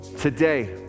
today